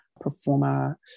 performer